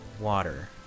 water